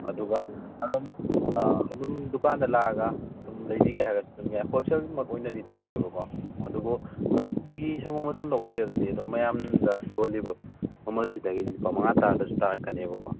ꯑꯗꯨꯒ ꯑꯗꯨꯝ ꯑꯗꯨꯝ ꯗꯨꯀꯥꯟꯗ ꯂꯥꯛꯑꯒ ꯑꯗꯨꯝ ꯂꯩꯕꯤꯒꯦ ꯍꯥꯏꯔꯁꯨ ꯑꯗꯨꯝ ꯌꯥꯏ ꯍꯣꯜꯁꯦꯜꯃꯛ ꯑꯣꯏꯅꯗꯤ ꯇꯧꯗꯦꯕꯀꯣ ꯑꯗꯨꯕꯨ ꯅꯨꯡꯇꯤꯒꯤ ꯁꯪꯒꯣꯝ ꯑꯗꯨꯝ ꯂꯧꯕꯤꯔꯒꯗꯤ ꯑꯗꯨꯝ ꯃꯌꯥꯝꯗ ꯌꯣꯜꯂꯤꯕ ꯃꯃꯜ ꯁꯤꯗꯒꯤꯗꯤ ꯂꯨꯄꯥ ꯃꯉꯥ ꯇꯔꯥꯗꯁꯨ ꯇꯥꯔꯛꯀꯅꯦꯕꯀꯣ